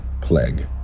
plague